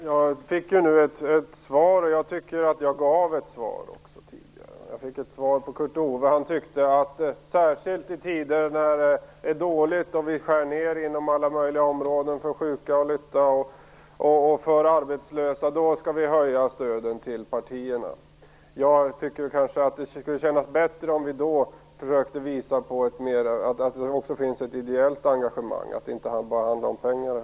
Herr talman! Jag fick nu ett svar, och jag tycker att jag också gav ett svar här tidigare. Kurt Ove Johansson tycker alltså att särskilt i dåliga tider och i tider då vi skär ned på alla möjliga områden - det gäller då sjuka, lytta och arbetslösa - skall vi höja stöden till partierna. Jag tycker nog att det skulle kännas bättre om vi försökte visa att det också finns ett ideellt engagemang, dvs. att det inte bara handlar om pengar här.